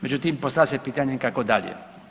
Međutim, postavlja se pitanje kako dalje.